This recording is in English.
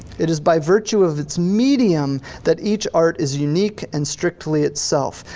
it is by virtue of its medium that each art is unique and strictly itself.